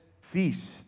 feast